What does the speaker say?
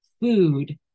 food